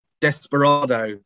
Desperado